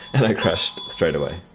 and i crashed straight away.